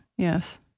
Yes